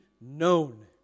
known